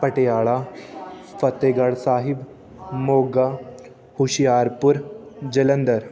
Patiala Fatehgarh Sahib Moga Hoshiarpur Jalandhar